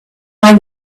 they